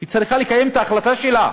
צריכה לקיים את ההחלטה שלה,